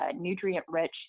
nutrient-rich